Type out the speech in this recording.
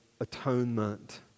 atonement